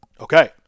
Okay